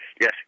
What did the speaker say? Yes